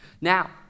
Now